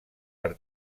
per